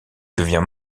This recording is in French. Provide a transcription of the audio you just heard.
devient